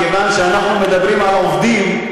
כיוון שאנחנו מדברים על עובדים,